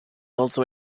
also